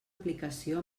aplicació